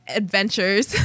adventures